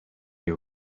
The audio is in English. you